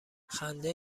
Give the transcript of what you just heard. خنده